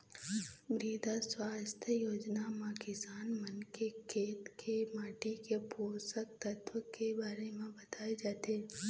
मृदा सुवास्थ योजना म किसान मन के खेत के माटी के पोसक तत्व के बारे म बताए जाथे